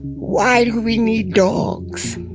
why do we need dogs?